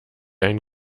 ein